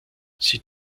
sie